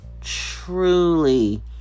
truly